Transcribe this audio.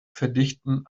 verdichten